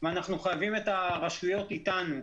ואנחנו חייבים את הרשויות אתנו.